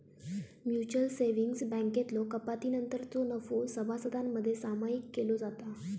mutual savings बँकेतलो कपातीनंतरचो नफो सभासदांमध्ये सामायिक केलो जाता